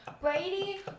Brady